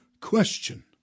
question